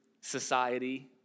society